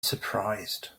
surprised